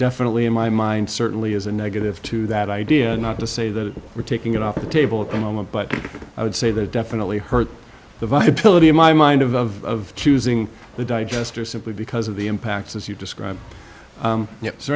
definitely in my mind certainly is a negative to that idea not to say that we're taking it off the table at the moment but i would say that it definitely hurt the viability in my mind of of choosing the digester simply because of the impact as you describe